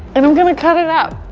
and i'm going to cut it up.